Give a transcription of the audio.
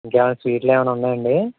ఇంకా ఏమన్న స్వీట్లు ఏమన్న ఉన్నాయండి